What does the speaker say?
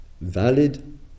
valid